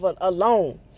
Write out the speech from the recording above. alone